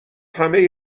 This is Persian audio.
همهی